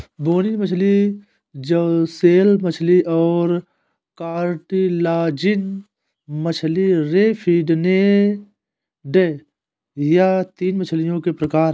बोनी मछली जौलेस मछली और कार्टिलाजिनस मछली रे फिनेड यह तीन मछलियों के प्रकार है